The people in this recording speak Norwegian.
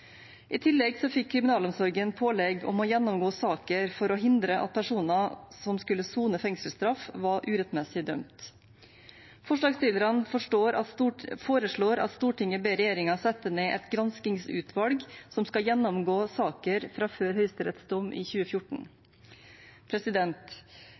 I tillegg fikk kriminalomsorgen pålegg om å gjennomgå saker for å hindre at personer som skulle sone fengselsstraff, var urettmessig dømt. Forslagsstillerne foreslår at Stortinget ber regjeringen sette ned et granskingsutvalg som skal gjennomgå saker fra før Høyesteretts dom i